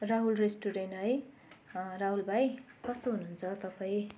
Rahul restaurant है राहुल भाइ कस्तो हुनु हुन्छ तपाईँ